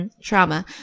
trauma